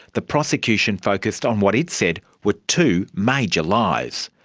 the prosecution focussed on what it said were two major lies.